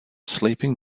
sleeping